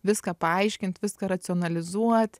viską paaiškint viską racionalizuot